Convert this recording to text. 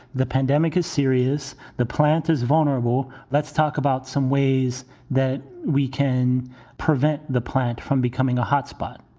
the pandemic is serious. the plant is vulnerable. let's talk about some ways that we can prevent the plant from becoming a hotspot.